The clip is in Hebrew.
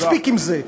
מספיק עם זה.